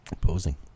posing